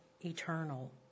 eternal